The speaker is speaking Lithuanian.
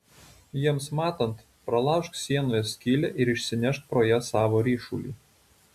jiems matant pralaužk sienoje skylę ir išsinešk pro ją savo ryšulį